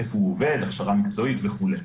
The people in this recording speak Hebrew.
איפה הוא עובד, הכשרה מקצועית וכולי.